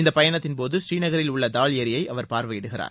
இந்த பயணத்தின்போது ஸ்ரீநகரில் உள்ள தால் ஏரியை அவர் பார்வையிடுகிறார்